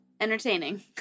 entertaining